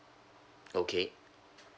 okay